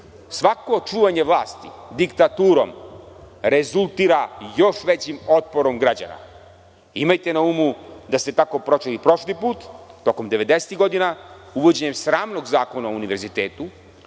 Svako čuvanje vlasti diktaturom rezultira još većim otporom građana. Imajte na umu da ste tako prošli prošli put, tokom devedesetih godina, uvođenjem sramnog zakona o univerzitetu